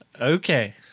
okay